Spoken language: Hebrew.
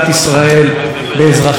בצורה מכוונת.